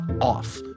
off